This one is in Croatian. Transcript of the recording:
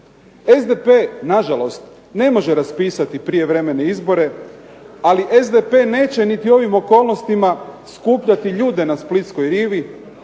SDP na žalost ne može raspisati prijevremene izbore, ali SDP neće niti ovim okolnostima skupljati ljude na splitskoj rivi,